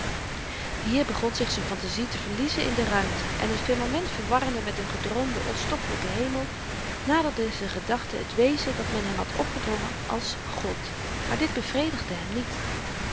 hier begon zich z'n fantazie te verliezen in de ruimte en t firmament verwarrende met n gedroomden onstoffelyken hemel naderden z'n gedachten het wezen dat men hem had opgedrongen als god maar dit bevredigde hem niet